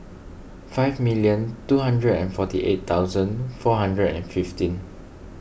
five million two hundred and forty eight thousand four hundred and fifteen